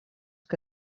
que